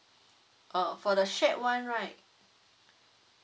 oh for the shared one right